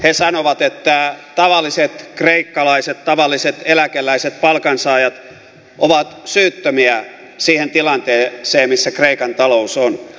he sanovat että tavalliset kreikkalaiset tavalliset eläkeläiset palkansaajat ovat syyttömiä siihen tilanteeseen missä kreikan talous on